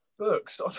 books